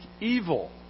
evil